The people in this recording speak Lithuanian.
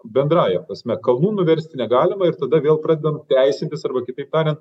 bendrąja prasme kalnų nuversti negalima ir tada vėl pradedam teisintis arba kitaip tariant